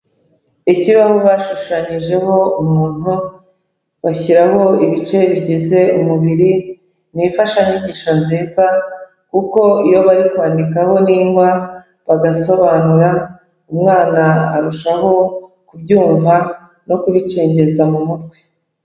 Ikibaho bashushanyijeho umuntu, bashyiraho ibice bigize umubiri, ni imfashanyigisho nziza, kuko iyo bari kwandikaho n'ingwa, bagasobanura, umwana arushaho kubyumva no kubicengeza mu mutwe.